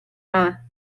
nada